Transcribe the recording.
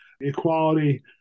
equality